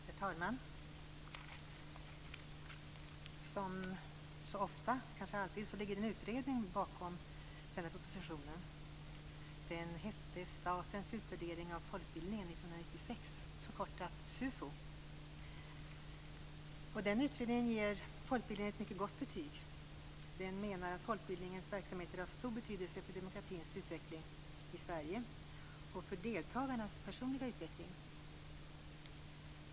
Herr talman! Som så ofta - kanske alltid - ligger det en utredning bakom den här propositionen. Den hette Statens utvärdering av folkbildningen 1996, förkortat SUFO. Denna utredning ger folkbildningen ett mycket gott betyg. Den menar att folkbildningens verksamheter har stor betydelse för demokratins utveckling i Sverige och för deltagarnas personliga utveckling.